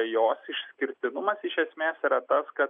jos išskirtinumas iš esmės yra tas kad